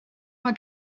mae